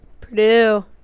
Purdue